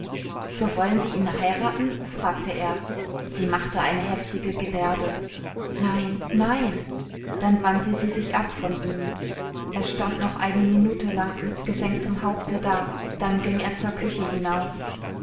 so wollen sie ihn heiraten fragte er sie machte eine heftige gebärde nein nein dann wandte sie sich ab von ihm er stand noch eine minute lang mit gesenktem haupte da dann ging er zur küche hinaus